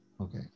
Okay